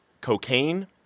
cocaine